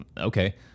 Okay